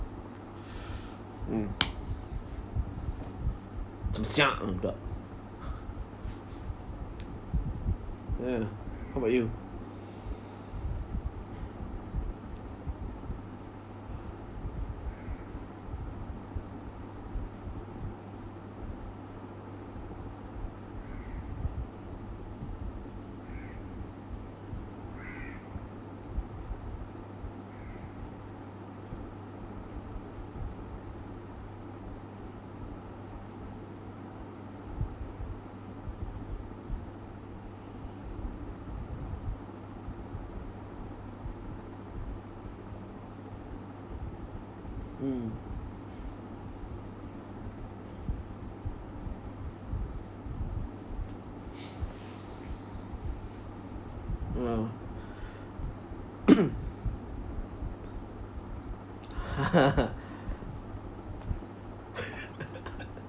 mm ugh how about you mm !wow!